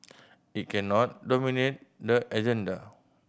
it cannot dominate the agenda